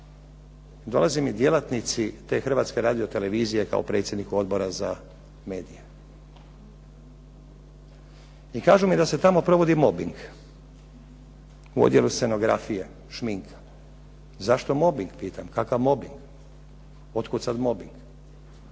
dolaze mi djelatnici te Hrvatske radiotelevizije kao predsjedniku Odbora za medije i kažu mi da se tamo provodi mobbing u Odjelu scenografije, šminka. Zašto mobing pitam, kakav mobing? Od kuda sada mobing?